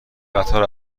قطار